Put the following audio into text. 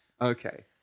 Okay